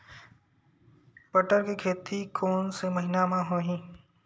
बटर के खेती कोन से महिना म होही?